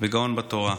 וגאון בתורה.